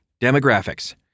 Demographics